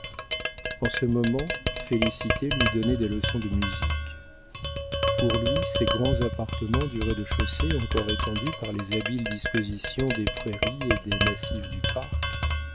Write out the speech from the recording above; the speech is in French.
en ce moment félicité lui donnait des leçons de musique pour lui ces grands appartements du rez-de-chaussée encore étendus par les habiles dispositions des prairies et des massifs du parc